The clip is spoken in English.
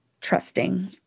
trusting